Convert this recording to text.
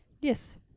Yes